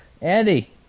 Andy